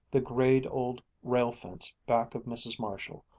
the grayed old rail-fence back of mrs. marshall,